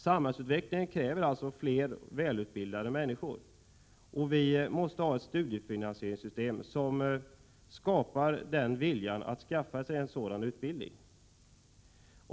Samhällsutvecklingen kräver alltså fler välutbildade människor, och vi måste ha ett studiefinansieringssystem som skapar viljan att skaffa sig en sådan utbildning.